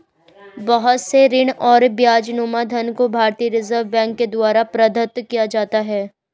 बहुत से ऋण और ब्याजनुमा धन को भारतीय रिजर्ब बैंक के द्वारा प्रदत्त किया जाता है